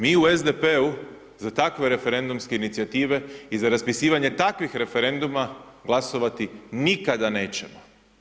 Mi u SDP-u za takve referendumske inicijative i za raspisivanje takvih referenduma, glasovati, nikada nećemo.